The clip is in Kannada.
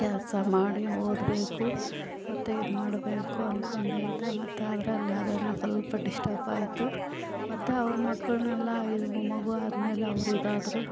ಕೆಲಸ ಮಾಡಿ ಓದ್ಬೇಕು ಮತ್ತು ಇದು ಮಾಡಬೇಕು ಅನ್ಕೊಂಡೇ ಇದ್ದೆ ಮತ್ತು ಅದ್ರಲ್ಲಿ ಅದೇನೊ ಸ್ವಲ್ಪ ಡಿಸ್ಟಪ್ ಆಯಿತು ಮತ್ತು ಅವ್ರ ಮಕ್ಕಳ್ನೆಲ್ಲ ಇದು ಮಗು ಆದಮೇಲೆ ಅವ್ರು ಇದಾದರು